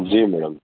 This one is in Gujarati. જી મેડમ